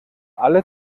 alle